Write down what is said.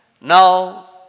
now